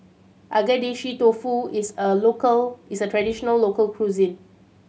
Agedashi Dofu is a local is traditional local cuisine